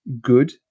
good